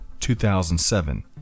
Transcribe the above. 2007